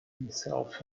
himself